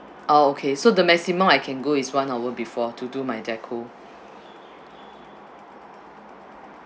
ah okay so the maximum I can go is one hour before to do my decor